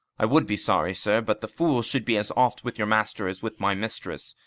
i would be sorry, sir, but the fool should be as oft with your master as with my mistress.